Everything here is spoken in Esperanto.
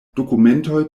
dokumentoj